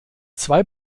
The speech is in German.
zwei